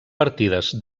partides